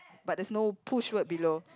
but there's no push word below